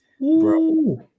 bro